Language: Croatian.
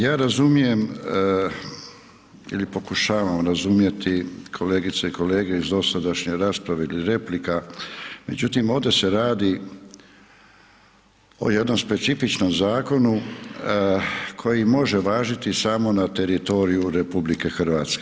Ja razumijem ili pokušavam razumjeti kolegice i kolege iz dosadašnje rasprave replika, međutim, ovdje se radi o jednom specifičnom zakonu, koji može važiti samo na teritoriju RH.